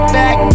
back